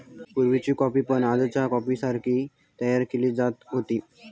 पुर्वीची कॉफी पण आजच्या कॉफीसारखी तयार केली जात होती